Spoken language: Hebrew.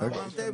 מה אמרתם?